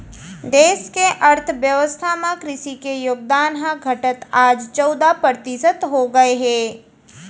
देस के अर्थ बेवस्था म कृसि के योगदान ह घटत आज चउदा परतिसत हो गए हे